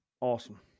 awesome